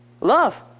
Love